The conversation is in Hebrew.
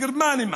הגרמנים,